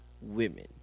women